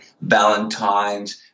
Valentine's